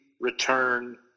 return